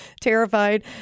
terrified